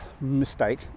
mistake